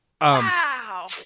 Wow